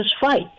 fight